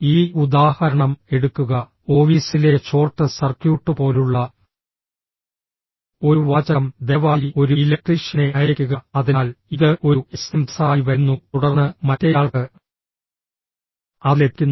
ഈ ഉദാഹരണം എടുക്കുക ഓഫീസിലെ ഷോർട്ട് സർക്യൂട്ട് പോലുള്ള ഒരു വാചകം ദയവായി ഒരു ഇലക്ട്രീഷ്യനെ അയയ്ക്കുക അതിനാൽ ഇത് ഒരു എസ്എംഎസായി വരുന്നു തുടർന്ന് മറ്റേയാൾക്ക് അത് ലഭിക്കുന്നു